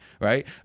Right